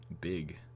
big